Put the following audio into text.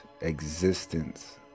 existence